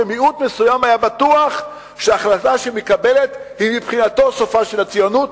ומיעוט מסוים היה בטוח שהחלטה שמתקבלת היא מבחינתו סופה של הציונות,